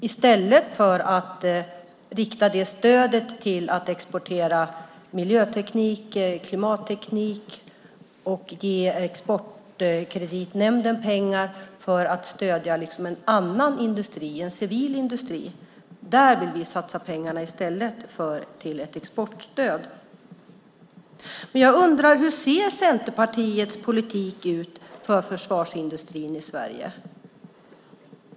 Vi vill i stället rikta det stödet till att exportera miljöteknik, klimatteknik och ge Exportkreditnämnden pengar för att stödja en annan industri, en civil industri. Vi vill satsa pengarna där i stället för på ett exportstöd. Jag undrar: Hur ser Centerpartiets politik ut för försvarsindustrin i Sverige?